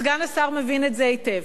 סגן השר מבין את זה היטב,